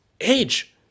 Age